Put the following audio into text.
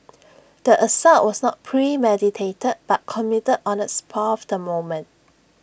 the assault was not premeditated but committed on A spur of the moment